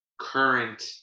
Current